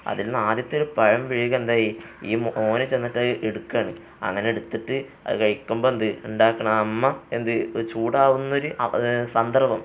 അതിൽ നിന്ന് ആദ്യത്തെയൊരു പഴം വീണിട്ടെന്തായി ഈ മോന് ചെന്നിട്ട് അതെടുക്കുകയാണ് അങ്ങനെയെടുത്തിട്ട് അത് കഴിക്കുമ്പോള് എന്താണ് ഉണ്ടാക്കുന്ന അമ്മ എന്താണ് ചൂടാകുന്നൊരു സന്ദർഭം